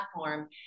platform